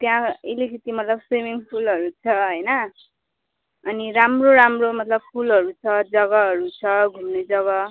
त्यहाँ अलिकति मतलब स्विमिङ पुलहरू छ होइन अनि राम्रो राम्रो मतलब फुलहरू छ जग्गाहरू छ घुम्ने जग्गा